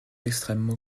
extrêmement